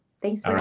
Thanks